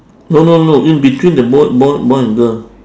no no no no in between the boy boy boy and girl